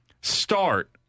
start